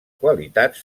qualitats